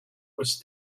was